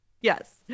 yes